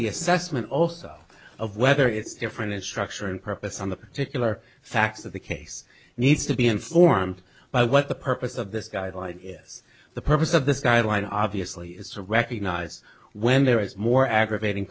the assessment also of whether it's different in structure and purpose on the particular facts of the k this needs to be informed by what the purpose of this guideline is the purpose of this guideline obviously is to recognize when there is more aggravating